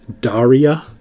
Daria